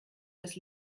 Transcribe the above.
das